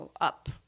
up